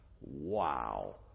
Wow